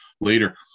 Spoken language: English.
later